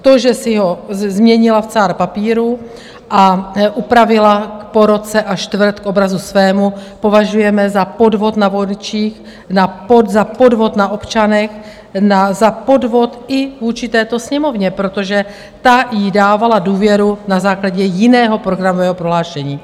To, že si ho změnila v cár papíru a upravila po roce a čtvrt k obrazu svému, považujeme za podvod na voličích, za podvod na občanech, za podvod i vůči této Sněmovně, protože ta jí dávala důvěru na základě jiného programového prohlášení.